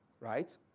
right